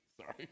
Sorry